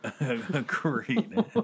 Agreed